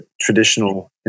traditional